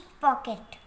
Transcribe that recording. pocket